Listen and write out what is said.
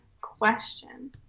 question